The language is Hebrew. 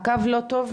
הקו לא טוב,